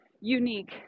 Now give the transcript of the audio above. unique